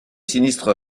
sinistre